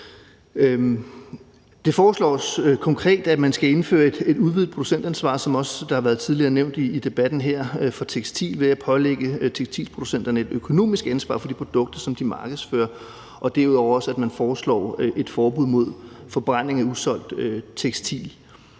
Det foreslås konkret, at man skal indføre et udvidet producentansvar for tekstil – som det også tidligere har været nævnt i debatten her – ved at pålægge tekstilproducenterne et økonomisk ansvar for de produkter, som de markedsfører, og derudover foreslås der et forbud mod forbrænding af usolgt tekstil.